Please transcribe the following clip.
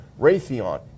Raytheon